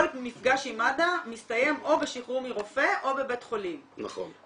כל מפגש עם מד"א מסתיים או בשחרור מרופא או בבית חולים --- נכון.